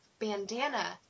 bandana